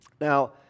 now